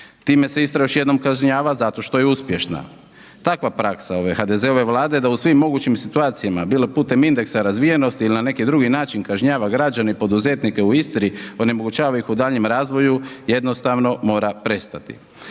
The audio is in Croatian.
Time se Istra još jednom kažnjava zato što je uspješna. Takva praksa ove HDZ-ove Vlade da u svim mogućim situacijama bilo putem indeksa razvijenosti ili na neki drugi način kažnjava građane i poduzetnike u Istri, onemogućava ih u daljnjem razvoju, jednostavno mora prestati.